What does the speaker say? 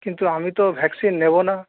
কিন্তু আমি তো ভ্যাকসিন নেব না